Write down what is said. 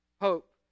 hope